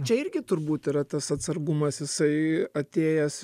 čia irgi turbūt yra tas atsargumas jisai atėjęs iš